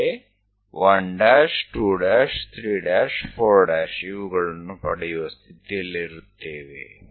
ಹೀಗೆ 1 ' 2' 3 ' 4' ಇವುಗಳನ್ನು ಪಡೆಯುವ ಸ್ಥಿತಿಯಲ್ಲಿರುತ್ತೇವೆ